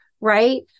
right